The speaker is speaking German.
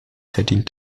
verdient